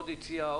עוד יציאה,